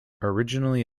originally